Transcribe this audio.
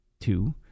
two